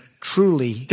truly